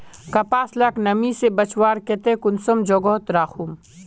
कपास लाक नमी से बचवार केते कुंसम जोगोत राखुम?